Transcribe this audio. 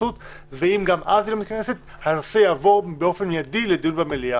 ואם גם אז היא לא מתכנסת הנושא יעבור באופן מידי לדיון במליאה.